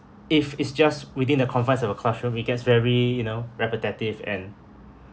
if it's just within the confines of a classroom it gets very you know repetitive and